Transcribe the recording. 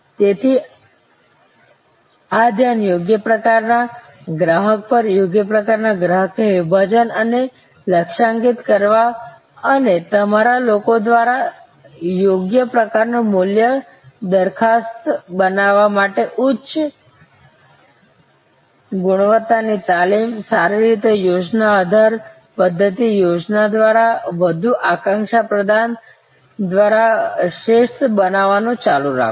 તેથી આ ધ્યાન યોગ્ય પ્રકારના ગ્રાહક પર યોગ્ય પ્રકારના ગ્રાહકને વિભાજન અને લક્ષ્યાંકિત કરવા અને તમારા લોકો દ્વારા યોગ્ય પ્રકારનું મૂલ્ય દરખાસત બનાવવા અને ઉચ્ચ ગુણવત્તાની તાલીમ સારી રીતે યોજના આધાર પદ્ધત્તિ યોજના દ્વારા વધુ અક્ષાંશ પ્રદાન દ્વારા શ્રેષ્ઠ બનવાનું ચાલુ રાખો